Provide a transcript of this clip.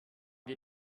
wir